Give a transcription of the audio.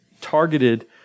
targeted